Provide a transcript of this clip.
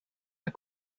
are